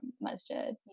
masjid